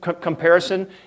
comparison